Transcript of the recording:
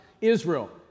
Israel